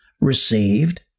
received